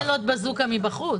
אל תשאל שאלות בזוקה מבחוץ.